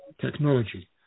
technology